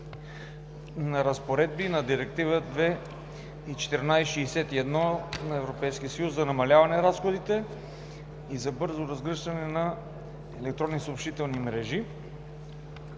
на разпоредби на Директива 2014/61 на Европейския съюз за намаляване на разходите и за бързо разгръщане на електронни съобщителни мрежи